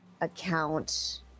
account